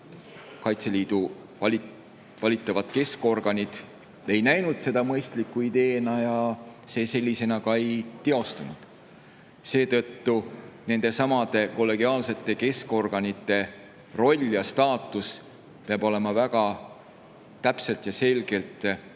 Kaitseliidu valitavad keskorganid ei näinud seda mõistliku ideena ja see ka ei teostunud. Seetõttu peab nendesamade kollegiaalsete keskorganite roll ja staatus olema väga täpselt ja selgelt